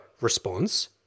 response